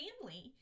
family